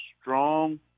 strong